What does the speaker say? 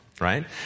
right